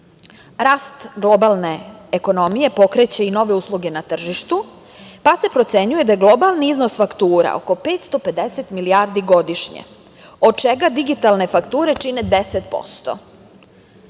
globalne ekonomije pokreće i nove usluge na tržištu pa se procenjuje da je globalni iznos faktura oko 550 milijardi godišnje, od čega digitalne fakture čine 10%.